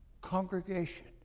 congregation